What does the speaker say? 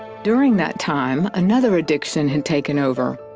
during that time, another addiction had taken over.